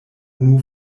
unu